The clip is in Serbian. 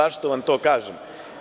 Zašto vam to kažem?